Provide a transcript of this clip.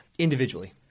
Individually